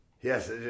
Yes